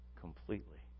completely